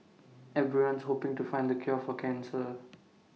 everyone's hoping to find the cure for cancer